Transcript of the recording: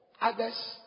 others